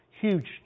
huge